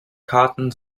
karten